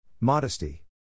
Modesty